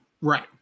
Right